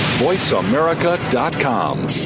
VoiceAmerica.com